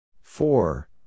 Four